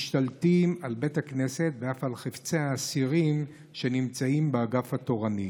משתלטים על בית הכנסת ואף על חפצי האסירים שנמצאים באגף התורני.